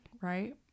right